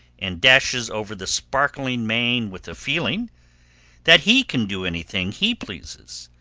and dashes over the sparkling main with a feeling that he can do anything he pleases,